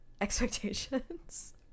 expectations